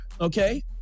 Okay